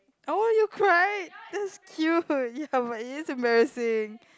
oh you cried that's cute ya but it is embarrassing